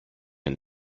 and